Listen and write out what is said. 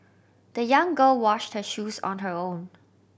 the young girl washed her shoes on her own